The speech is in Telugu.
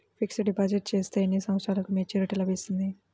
ఫిక్స్డ్ డిపాజిట్ చేస్తే ఎన్ని సంవత్సరంకు మెచూరిటీ లభిస్తుంది?